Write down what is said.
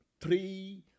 three